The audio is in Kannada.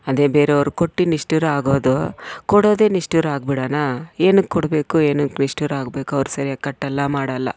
ಅದೇ ಬೇರೆಯವ್ರ್ಗೆ ಕೊಟ್ಟು ನಿಷ್ಠುರ ಆಗೋದು ಕೊಡದೇ ನಿಷ್ಠುರ ಆಗ್ಬಿಡೋಣ ಏಕೆ ಕೊಡಬೇಕು ಏತಕೆ ನಿಷ್ಠುರ ಆಗಬೇಕು ಅವ್ರು ಸರ್ಯಾಗಿ ಕಟ್ಟಲ್ಲ ಮಾಡಲ್ಲ